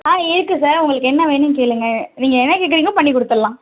ஆ இருக்கு சார் உங்களுக்கு என்ன வேணும்னு கேளுங்க நீங்கள் என்ன கேட்குறிங்களோ பண்ணி கொடுத்துட்லாம்